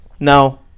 No